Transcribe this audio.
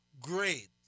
great